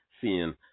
seeing